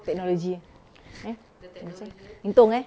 technology eh eh masih untung eh